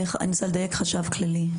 זה החשב הכללי.